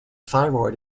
thyroid